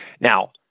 Now